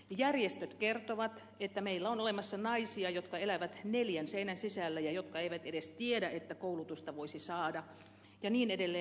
järjestöt kertovat että meillä on olemassa naisia jotka elävät neljän seinän sisällä ja jotka eivät edes tiedä että koulutusta voisi saada ja niin edelleen